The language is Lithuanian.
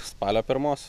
spalio pirmos